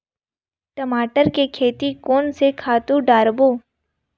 टमाटर के खेती कोन से खातु डारबो?